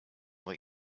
what